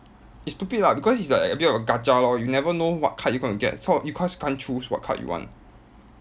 it's stupid lah because it's like a bit of a gacha lor you never know what card you gonna get so because you can't choose what card you want